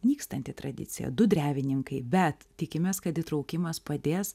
nykstanti tradicija du drevininkai bet tikimės kad įtraukimas padės